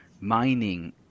mining